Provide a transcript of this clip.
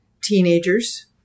teenagers